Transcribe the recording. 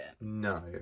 No